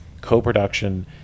co-production